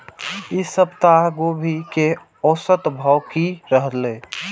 ई सप्ताह गोभी के औसत भाव की रहले?